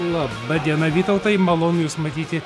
laba diena vytautai malonu jus matyti